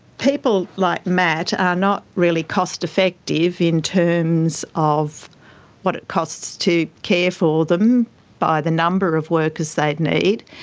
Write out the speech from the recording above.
people like matt are not really cost effective in terms of what it costs to care for them by the number of workers they'd need,